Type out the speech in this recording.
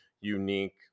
unique